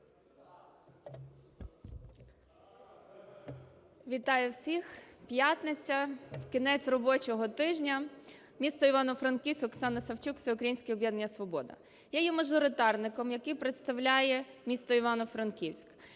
Вітаю всіх! П'ятниця, кінець робочого тижня. Місто Івано-Франківськ, Оксана Савчук, Всеукраїнське об'єднання "Свобода". Я є мажоритарником, який представляє місто Івано-Франківськ.